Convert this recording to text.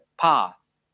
path